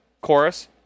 chorus